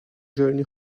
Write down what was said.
journey